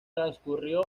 transcurrió